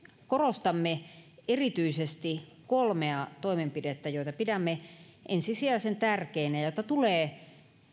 korostamme erityisesti kolmea toimenpidettä joita pidämme ensisijaisen tärkeinä ja joita tulee